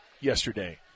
yesterday